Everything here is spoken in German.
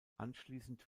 anschließend